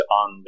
on